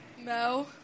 No